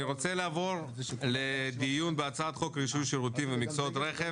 אני רוצה לעבור לדיון בהצעת חוק רישוי שירותים ומקצועות בענף הרכב